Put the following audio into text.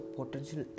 potential